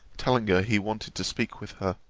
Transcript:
telling her he wanted to speak with her.